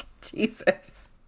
Jesus